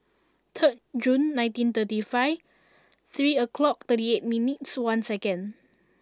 third Jun nineteen thirty five three o'clock thirty eight minutes one seconds